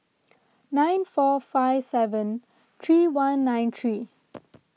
nine four five seven three one nine three